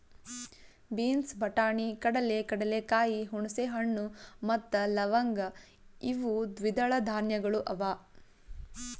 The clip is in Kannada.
ಬೀನ್ಸ್, ಬಟಾಣಿ, ಕಡಲೆ, ಕಡಲೆಕಾಯಿ, ಹುಣಸೆ ಹಣ್ಣು ಮತ್ತ ಲವಂಗ್ ಇವು ದ್ವಿದಳ ಧಾನ್ಯಗಳು ಅವಾ